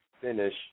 finish